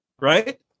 right